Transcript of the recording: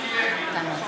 מיקי לוי.